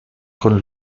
con